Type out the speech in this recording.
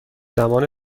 زمان